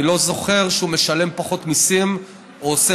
אני לא זוכר שהוא משלם פחות מיסים או עושה